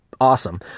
Awesome